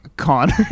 Connor